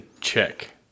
Check